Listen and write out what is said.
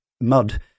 mud